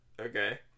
okay